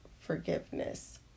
forgiveness